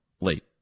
late